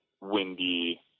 windy